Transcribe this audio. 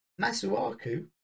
Masuaku